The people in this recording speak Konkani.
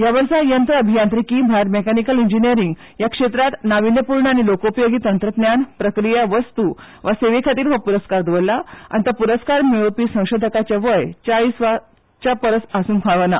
ह्या वर्सा अभियांत्रिकी म्हळ्यार मॅकानिकल इंजिनियरी ह्या क्षेत्रांत नाविन्य पूर्ण आनी लोकोउपेगी तंत्रज्ञान प्रक्रिया वस्तू वा सेवे खातीर हो प्रस्कार दवरला आनी तो प्रस्कार मेळोवपी संशोधकांची पिराय चाळीसा परस चड आसूंक फावना